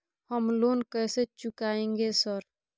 हम लोन कैसे चुकाएंगे सर?